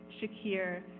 Shakir